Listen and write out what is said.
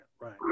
right